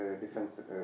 defensive